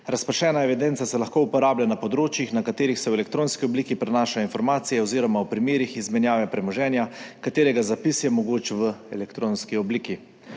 Razpršena evidenca se lahko uporablja na področjih, na katerih se v elektronski obliki prenašajo informacije, oziroma v primerih izmenjave premoženja, katerega zapis je mogoč v elektronski obliki.